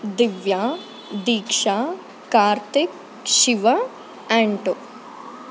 Divya Deeksha Karthik Shiva Anto